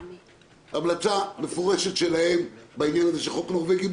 המלצה מפורשת של המכון לדמוקרטיה בעניין החוק הנורווגי,